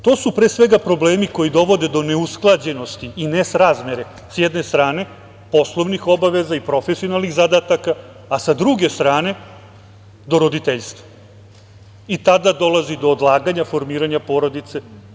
To su pre svega problemi koji dovode do neusklađenosti i nesrazmere sa jedne strane poslovnih obaveza i profesionalnih zadataka, a sa druge strane do roditeljstva i tada dolazi do odlaganja formiranja porodice.